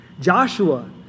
Joshua